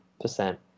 percent